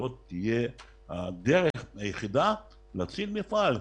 שזו תהיה הדרך היחידה להציל את המפעל.